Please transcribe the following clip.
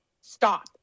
stop